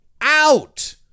out